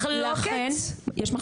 לא יאומן.